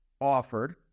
offered